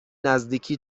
نزدیکی